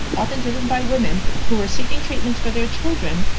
often driven by women who are seeking treatments for their children,